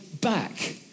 back